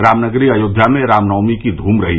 राम नगरी अयोध्या में राम नवमी की धूम रही